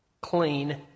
clean